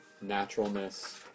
Naturalness